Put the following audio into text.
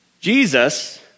Jesus